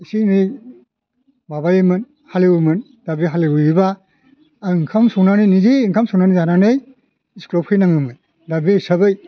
एसे एनै माबायोमोन हालिवोमोन दा बे हालिव हैयोबा आं ओंखाम संनानै निजि ओंखाम संनानै जानानै इस्कुलाव फैनाङोमोन दा बे हिसाबै